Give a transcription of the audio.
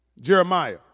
Jeremiah